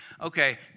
okay